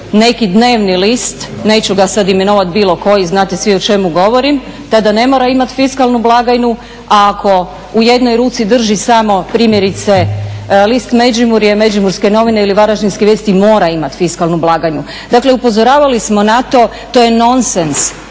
neki dnevni list, neću ga sad imenovat bilo koji, znate svi o čemu govorim, tada ne mora imati fiskalnu blagajnu, a ako u jednoj ruci drži samo primjerice list "Međimurje" i "Međimurske novine" ili "Varaždinske vijesti" mora imat fiskalnu blagajnu. Dakle, upozoravali smo na to, to je nonsens